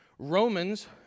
Romans